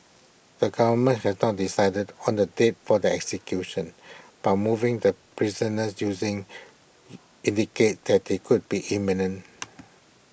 the government has not decided on the date for the executions but moving the prisoners using indicates that they could be imminent